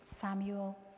Samuel